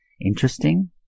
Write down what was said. interesting